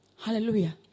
Hallelujah